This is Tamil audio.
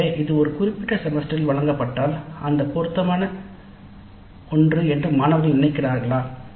எனவே இது ஒரு குறிப்பிட்ட செமஸ்டரில் வழங்கப்பட்டால் அது பொருத்தமான ஒன்று என்று மாணவர்கள் நினைக்கிறார்களா